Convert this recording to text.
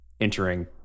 entering